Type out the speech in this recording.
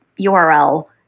URL